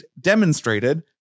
demonstrated